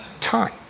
time